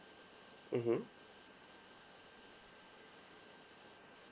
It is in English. mmhmm